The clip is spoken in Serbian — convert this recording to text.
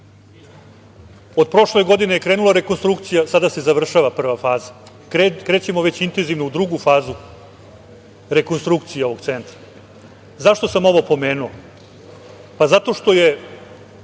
Od prošle godine je krenula rekonstrukcija, sada se završava prva faza, krećemo već intenzivno u drugu fazu rekonstrukcije ovog centra.Zašto sam ovo pomenuo? Zato što je